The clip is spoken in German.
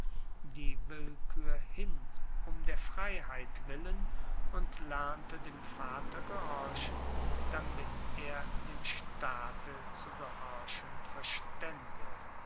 die willkuer hin um der freiheit willen und lernte dem vater gehorchen damit er dem staate zu gehorchen verstaende